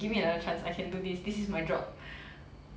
okay okay give me another chance I can do this this is my job